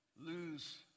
Lose